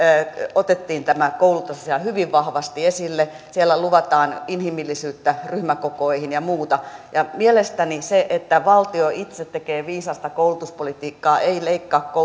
otettiin tämä koulutusasia hyvin vahvasti esille siellä luvataan inhimillisyyttä ryhmäkokoihin ja muuta ja mielestäni se että valtio itse tekee viisasta koulutuspolitiikkaa ei leikkaa